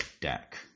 deck